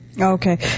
Okay